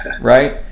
right